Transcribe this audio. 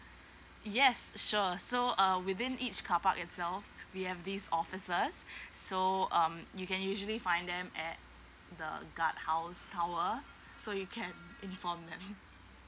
yes sure so uh within each car park itself we have these offices so um you can usually find them at the guard house tower so you can inform them